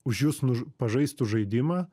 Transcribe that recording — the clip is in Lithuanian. už jus nu ž pažaistų žaidimą